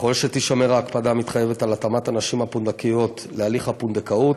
ככל שתישמר ההקפדה המתחייבת על התאמת הנשים הפונדקאיות להליך הפונדקאות,